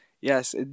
Yes